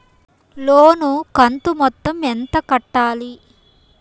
లోను కంతు మొత్తం ఎంత కట్టాలి?